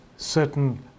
certain